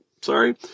sorry